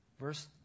Verse